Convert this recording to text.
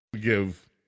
give